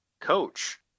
coach